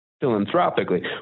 philanthropically